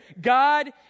God